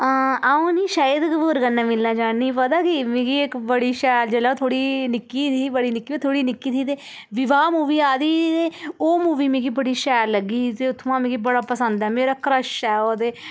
अ'ऊं नी शाहि्द कपूर कन्नै मिलना चाह्न्नी पता कीऽ मिगी इक बड़ी शैल जेल्लै अ'ऊं थोह्ड़ी नि'क्की थी बड़ी नि'क्की ही ओ थोह्ड़ी नि'क्की ही ते विवाह मूवी आई दी ही ते ओह् मूवी मिगी बड़ी शैल लग्गी ते उ'त्थुआं मिगी बड़ा पसंद ऐ मेरा क्रश ऐ ओह् दे